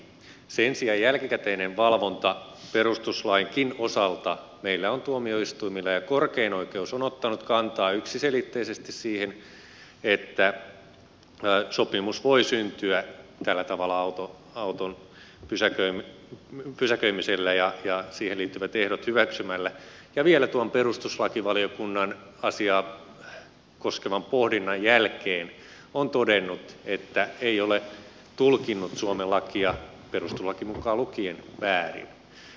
sen sijaan jälkikäteinen valvonta perustuslainkin osalta meillä on tuomioistuimilla ja korkein oikeus on ottanut kantaa yksiselitteisesti siihen että sopimus voi syntyä tällä tavalla auton pysäköimisellä ja siihen liittyvät ehdot hyväksymällä ja vielä tuon perustuslakivaliokunnan asiaa koskevan pohdinnan jälkeen on todennut että ei ole tulkinnut suomen lakia perustuslaki mukaan lukien väärin